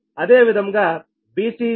అదే విధముగా BCED IX అవుతుంది